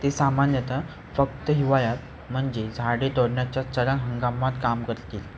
ते सामान्यतः फक्त हिवाळ्यात म्हणजे झाडे तोडण्याच्या चरम हंगामात काम करतील